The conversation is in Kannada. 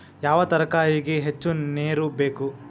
ಯಾವ ತರಕಾರಿಗೆ ಹೆಚ್ಚು ನೇರು ಬೇಕು?